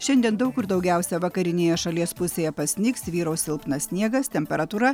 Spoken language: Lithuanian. šiandien daug kur daugiausia vakarinėje šalies pusėje pasnigs vyraus silpnas sniegas temperatūra